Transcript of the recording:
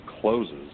closes